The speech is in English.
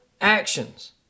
actions